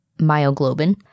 myoglobin